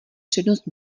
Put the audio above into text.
přednost